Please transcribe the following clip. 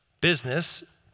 business